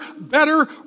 better